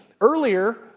earlier